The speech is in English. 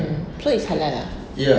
mm so it's halal ah